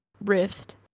Rift